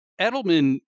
Edelman